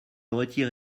retire